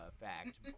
fact